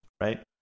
right